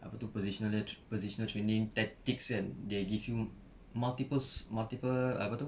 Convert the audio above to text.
apa tu positional positional training tactics kan they give you multiples multiple apa tu